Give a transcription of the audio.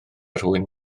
rhywun